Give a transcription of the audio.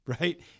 Right